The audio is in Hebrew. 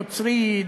נוצרי,